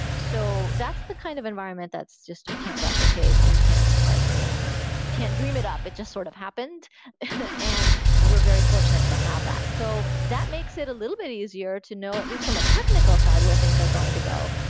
so that's the kind of environment that's just you can't replicate and you you can't like you know dream it up. it just sort of happened and we're very fortunate to have that. so that makes it a little bit easier to know, at least from a technical side, where things are going to go.